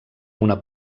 una